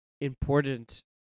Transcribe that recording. important